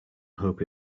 hope